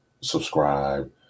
subscribe